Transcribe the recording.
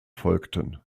folgten